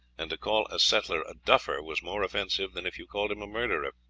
and to call a settler duffer was more offensive than if you called him a murderer.